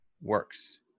works